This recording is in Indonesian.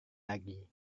lagi